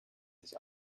sich